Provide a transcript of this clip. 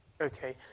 Okay